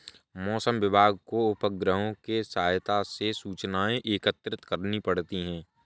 मौसम विभाग को उपग्रहों के सहायता से सूचनाएं एकत्रित करनी पड़ती है